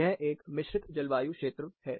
यह एक मिश्रित जलवायु क्षेत्र है